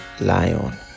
lion